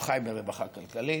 הוא חי ברווחה כלכלית,